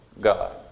God